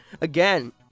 again